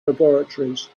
laboratories